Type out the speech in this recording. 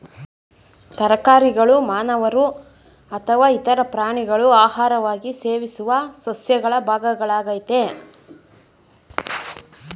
ತರಕಾರಿಗಳು ಮಾನವರು ಅಥವಾ ಇತರ ಪ್ರಾಣಿಗಳು ಆಹಾರವಾಗಿ ಸೇವಿಸುವ ಸಸ್ಯಗಳ ಭಾಗಗಳಾಗಯ್ತೆ